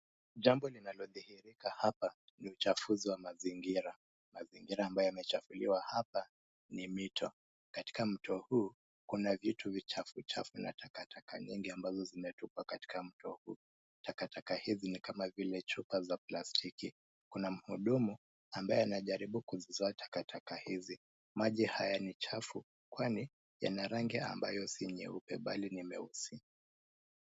Jambo linalodhihirika hapa ni uchafuzi wa mazingira. Mazingira ambayo yamechafuliwa hapa ni mito. Katika mto huu kuna vitu vichafu chafu na takataka nyingi ambazo zimetupwa katika mto huu. Takataka hizi ni kama vile chupa za plastiki. Kuna mhudumu ambaye anajaribu kuzizoa takataka hizi. Maji haya ni machafu kwani yana rangi ambayo si meupe bali ni meusi.